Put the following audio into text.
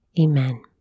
Amen